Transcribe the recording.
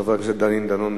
חבר הכנסת דני דנון,